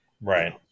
right